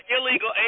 illegal